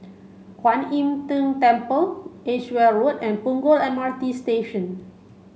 Kwan Im Tng Temple Edgeware Road and Punggol M R T Station